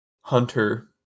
hunter